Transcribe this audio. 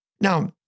Now